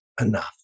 enough